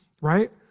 right